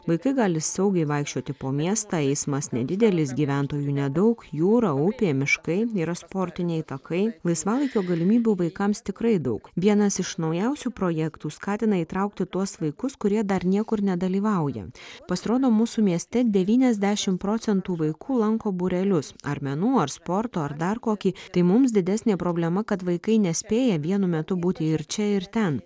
vaikai gali saugiai vaikščioti po miestą eismas nedidelis gyventojų nedaug jūra upė miškai yra sportiniai takai laisvalaikio galimybių vaikams tikrai daug vienas iš naujausių projektų skatina įtraukti tuos vaikus kurie dar niekur nedalyvauja pasirodo mūsų mieste devyniasdešim procentų vaikų lanko būrelius ar menų ar sporto ar dar kokį tai mums didesnė problema kad vaikai nespėja vienu metu būti ir čia ir ten